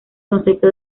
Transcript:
concepto